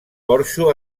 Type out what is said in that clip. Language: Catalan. porxo